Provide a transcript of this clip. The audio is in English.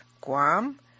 Guam